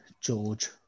George